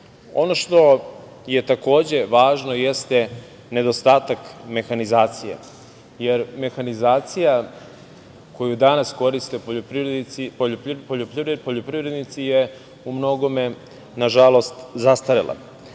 ono što je takođe važno jeste nedostatak mehanizacije, jer mehanizacija koju danas koriste poljoprivrednici je umnogome nažalost zastarela.